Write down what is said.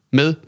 med